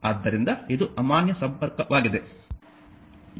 ಆದ್ದರಿಂದ ಇದು ಅಮಾನ್ಯ ಸಂಪರ್ಕವಾಗಿದೆ